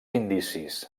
indicis